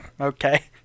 Okay